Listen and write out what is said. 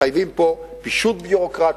מחייבים פה פישוט ביורוקרטי,